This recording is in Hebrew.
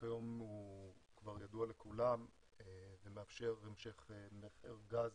שכיום הוא כבר ידוע לכולם ומאפשר המשך מכר גז